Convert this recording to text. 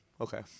Okay